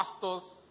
pastors